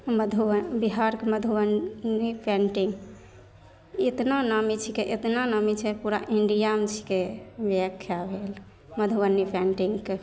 मधुबन बिहारके मधुबनी पेन्टिन्ग एतना नामी छिकै एतना नामी छै पूरा इण्डियामे छिकै व्याख्या भेल मधुबनी पेन्टिन्गके